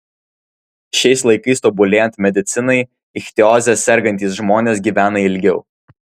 šiais laikais tobulėjant medicinai ichtioze sergantys žmonės gyvena ilgiau